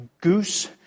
goose